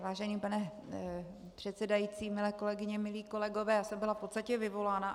Vážený pane předsedající, milé kolegyně, milí kolegové, já jsem byla v podstatě vyvolána.